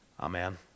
Amen